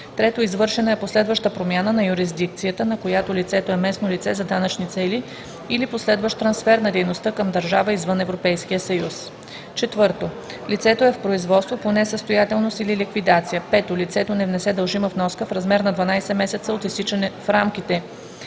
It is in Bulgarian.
3. извършена е последваща промяна на юрисдикцията, на която лицето е местно лице за данъчни цели, или последващ трансфер на дейността към държава извън Европейския съюз; 4. лицето е в производство по несъстоятелност или ликвидация; 5. лицето не внесе дължима вноска в рамките на 12 месеца от изтичането на